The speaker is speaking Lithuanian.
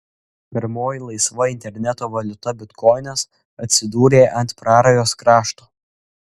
pirmoji laisva interneto valiuta bitkoinas atsidūrė ant prarajos krašto